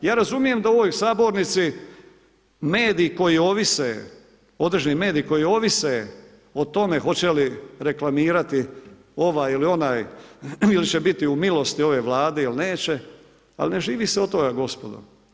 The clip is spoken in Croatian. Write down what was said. Ja razumijem da u ovoj Sabornici mediji koji ovise određeni mediji koji ovise o tome hoće li reklamirati ovaj ili onaj ili će biti u milosti ove Vlade ili neće, ali ne živi se od toga gospodo.